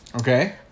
Okay